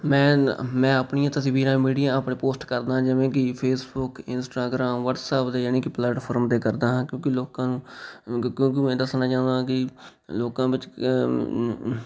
ਮੈਂ ਮੈਂ ਆਪਣੀਆਂ ਤਸਵੀਰਾਂ ਮੀਡੀਆ ਆਪਣੇ ਪੋਸਟ ਕਰਦਾ ਜਿਵੇਂ ਕੀ ਫੇਸਬੁੱਕ ਇੰਸਟਾਗਰਾਮ ਵਟਸਐਪ ਦੇ ਜਾਣੀ ਕਿ ਪਲੇਟਫਾਰਮ 'ਤੇ ਕਰਦਾ ਹਾਂ ਕਿਉਂਕਿ ਲੋਕਾਂ ਨੂੰ ਅ ਕਿਉਂਕਿ ਕਿਉਂਕਿ ਮੈਂ ਦੱਸਣਾ ਚਾਹੁੰਦਾਂ ਕਿ ਲੋਕਾਂ ਵਿੱਚ